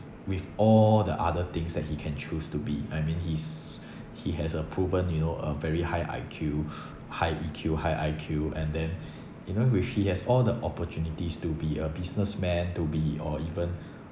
with all the other things that he can choose to be I mean he's he has a proven you know a very high I_Q high E_Q high I_Q and then you know with he has all the opportunities to be a businessman to be or even